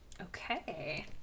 Okay